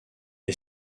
est